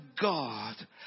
God